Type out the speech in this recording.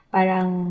Parang